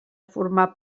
formar